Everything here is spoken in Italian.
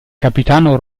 capitano